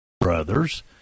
Brothers